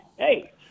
Hey